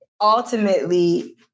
ultimately